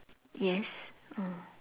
yes uh